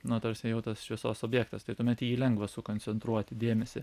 nu ta prasme jau tas šviesos objektas tai tuomet į jį lengva sukoncentruoti dėmesį